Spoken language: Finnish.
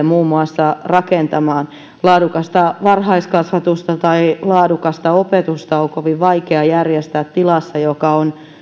muun muassa päiväkotilapsille ja koululaisille rakentamaan laadukasta varhaiskasvatusta tai laadukasta opetusta on kovin vaikea järjestää tilassa joka on vaaraksi